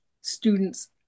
students